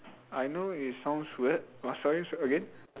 I know it's sound weird what sorry again